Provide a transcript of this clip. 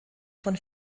von